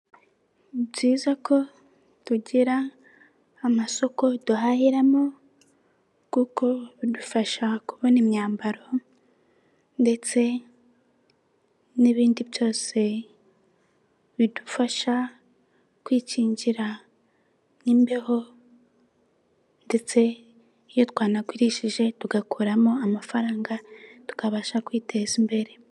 Ni byiza ko tugira amasoko duhahiramo kuko bidufasha kubona imyambaro ndetse n'ibindi byose bidufasha kwikingira imbeho ndetse iyo twanagurishije tugakuramo amafaranga tukabasha kwiteza imbere.